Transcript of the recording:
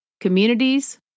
communities